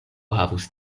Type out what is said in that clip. havus